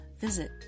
visit